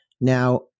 Now